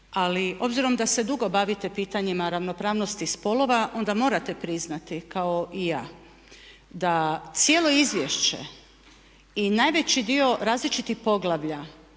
Ali s obzirom da se dugo bavite pitanjima ravnopravnosti spolova onda morate priznati kao i ja da cijelo izvješće i najveći dio različitih poglavlja